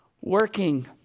working